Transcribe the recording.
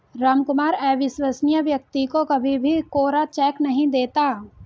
रामकुमार अविश्वसनीय व्यक्ति को कभी भी कोरा चेक नहीं देता